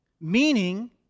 Meaning